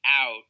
out